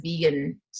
vegan